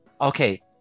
okay